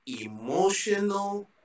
Emotional